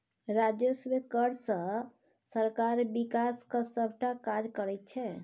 राजस्व कर सँ सरकार बिकासक सभटा काज करैत छै